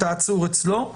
את העצור אצלו.